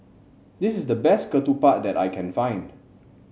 this is the best ketupat that I can find